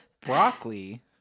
Broccoli